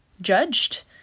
judged